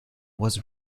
was